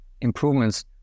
improvements